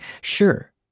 sure